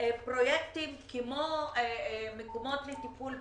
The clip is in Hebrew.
פרויקטים כמו מקומות לטיפול בגברים,